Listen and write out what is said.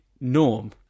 norm